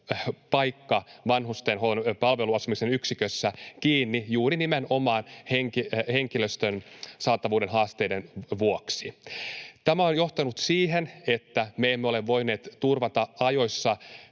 paikka vanhustenhuollon palveluasumisen yksikössä kiinni juuri nimenomaan henkilöstön saatavuuden haasteiden vuoksi. Tämä on johtanut siihen, että me emme ole voineet turvata ajoissa